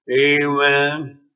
Amen